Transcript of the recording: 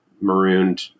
marooned